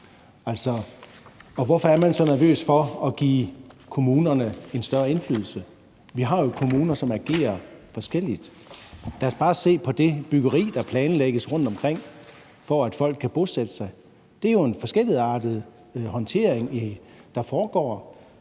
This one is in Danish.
Hvorfor er man så nervøs for at give kommunerne en større indflydelse? Vi har jo kommuner, som agerer forskelligt. Lad os bare se på det byggeri, der planlægges rundtomkring, for at folk kan bosætte sig. Det er jo en forskelligartet håndtering, der foregår.